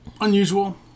unusual